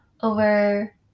over